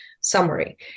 summary